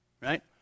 right